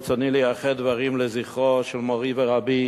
ברצוני לייחד דברים לזכרו של מורי ורבי